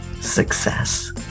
success